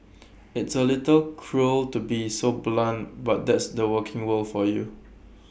it's A little cruel to be so blunt but that's the working world for you